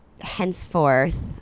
henceforth